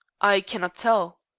i can not tell.